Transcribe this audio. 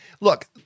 look